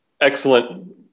excellent